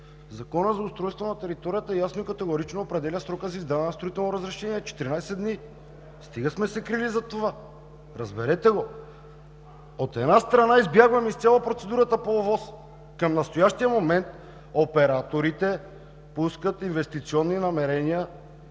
Законът за устройство на територията ясно и категорично определя срока за издаване на строително разрешение – 14 дни. Стига сме се крили зад това! Разберете го! От една страна, избягваме изцяло процедурата по ОВОС. Към настоящия момент операторите пускат инвестиционни намерения